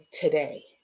today